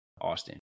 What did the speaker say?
Austin